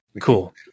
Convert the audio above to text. Cool